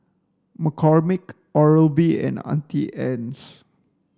McCormick Oral B and Auntie Anne's